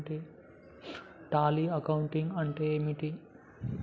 Tally accounting అంటే ఏమిటి?